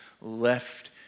left